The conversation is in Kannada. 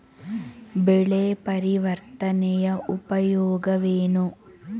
ಬೆಳೆ ಪರಿವರ್ತನೆಯ ಉಪಯೋಗವೇನು?